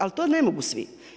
Ali to ne mogu svi.